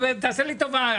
תעשה לי טובה.